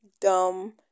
Dumb